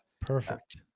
Perfect